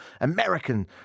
American